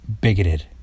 bigoted